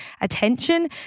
attention